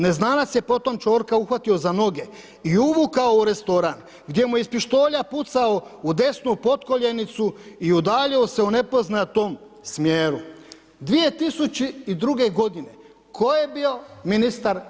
Neznanac je potom Čorka uhvatio za noge i uvukao u restoran gdje mu je iz pištolja pucao u desnu potkoljenicu i udaljio se u nepoznatom smjeru.“ 2002. godine tko je bio ministar?